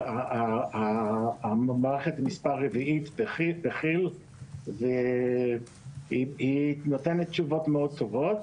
את המערכת הרביעית בכי"ל והיא נותנת תשובות מאוד טובות.